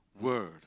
word